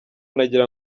nagira